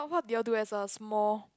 what do you all do as a small